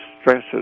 stresses